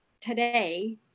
today